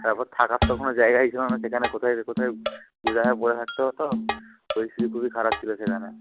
তারপর থাকার তো কোনো জায়গাই ছিল না সেখানে কোথায় কোথায় হয়ে পড়ে থাকতে হতো পরিস্থিতি খুবই খারাপ ছিল সেখানে